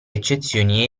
eccezioni